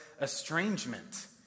estrangement